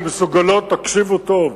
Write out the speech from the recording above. תקשיבו טוב,